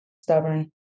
stubborn